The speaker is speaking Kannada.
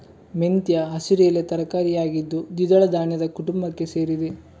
ಮೆಂತ್ಯ ಹಸಿರು ಎಲೆ ತರಕಾರಿ ಆಗಿದ್ದು ದ್ವಿದಳ ಧಾನ್ಯದ ಕುಟುಂಬಕ್ಕೆ ಸೇರಿದೆ